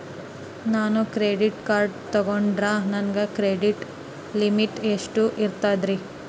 ನಾನು credit card ತೊಗೊಂಡ್ರ ನನ್ನ ಕ್ರೆಡಿಟ್ ಲಿಮಿಟ್ ಎಷ್ಟ ಇರ್ತದ್ರಿ?